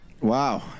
Wow